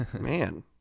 man